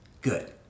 Good